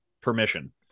permission